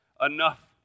enough